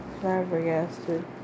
flabbergasted